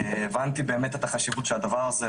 הבנתי באמת את החשיבות של הדבר הזה,